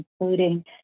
including